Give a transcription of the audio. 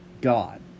God